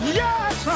yes